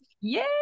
Yay